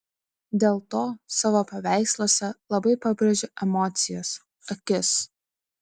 dėl to savo paveiksluose labai pabrėžiu emocijas akis